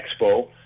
expo